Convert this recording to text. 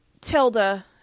Tilda